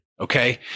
okay